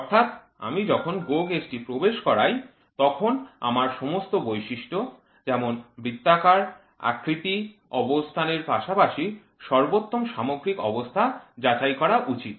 অর্থাৎ আমি যখন GO gauge টি প্রবেশ করাই তখন আমার সমস্ত বৈশিষ্ট্য যেমন বৃত্তাকার আকৃতি অবস্থানের পাশাপাশি সর্বোত্তম সামগ্রিক অবস্থা যাচাই করা উচিত